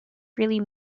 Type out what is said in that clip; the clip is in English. freely